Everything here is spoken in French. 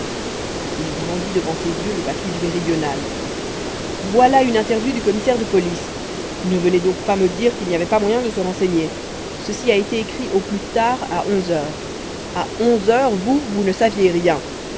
il brandit devant ses yeux le papier du méridional voilà une interview du commissaire de police ne venez donc pas me dire qu'il n'y avait pas moyen de se renseigner ceci a été écrit au plus tard à onze heures à onze heures vous vous ne saviez rien